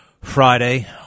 Friday